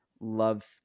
love